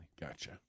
Gotcha